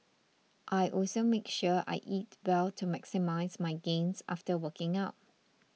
I also make sure I eat well to maximise my gains after working out